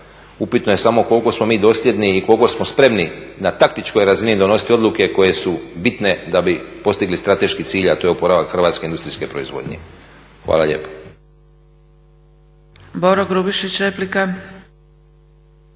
Upitno je samo koliko smo mi dosljedni i koliko smo spremni na taktičnoj razini donositi odluke koje su bitne da bi postigli strateški cilj, a to je oporavak hrvatske industrijske proizvodnje. Hvala lijepo.